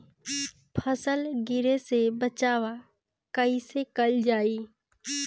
फसल गिरे से बचावा कैईसे कईल जाई?